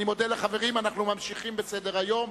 אני מודה לחברים, אנחנו ממשיכים בסדר-היום.